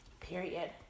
Period